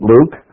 Luke